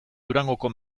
durangoko